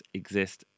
exist